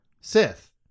Sith